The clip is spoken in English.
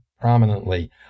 prominently